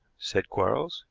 said quarles,